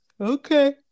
Okay